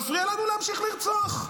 מפריע לנו להמשיך לרצוח.